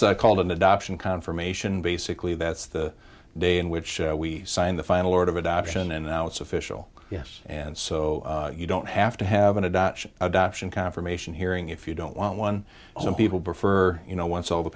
s called an adoption confirmation basically that's the day in which we signed the final order of adoption and now it's official yes and so you don't have to have an adoption adoption confirmation hearing if you don't want one some people prefer you know once all the